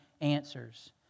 answers